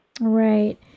Right